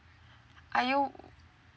are you